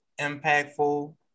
impactful